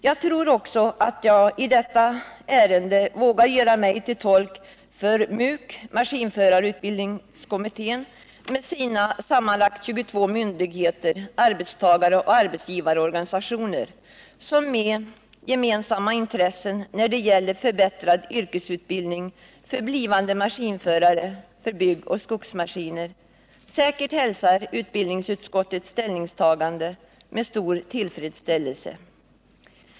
Jag tror också att jag i detta ärende vågar göra mig till tolk för maskinförarutbildningskommittén, MUK, med dess sammanlagt 21 myndigheter, arbetstagaroch arbetsgivarorganisationer, som — med gemensamma intressen när det gäller förbättrad yrkesutbildning för blivande förare av byggoch skogsmaskiner — säkert hälsar utbildningsutskottets ställningstagande med stor tillfredsställelse.